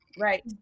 Right